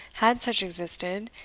had such existed,